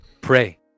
Pray